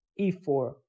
E4